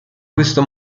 questo